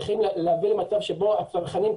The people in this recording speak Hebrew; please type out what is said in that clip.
וצריכים להביא למצב בו הצרכנים,